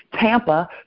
Tampa